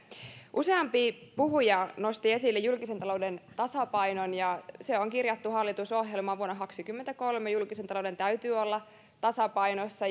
useampi puhuja nosti esille julkisen talouden tasapainon ja se on kirjattu hallitusohjelmaan vuonna kaksikymmentäkolme julkisen talouden täytyy olla tasapainossa